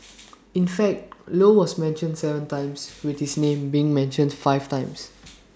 in fact low was mentioned Seven times with his name being mentioned five times